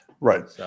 Right